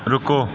ਰੁਕੋ